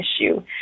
issue